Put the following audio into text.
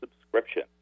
subscription